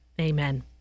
Amen